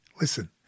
Listen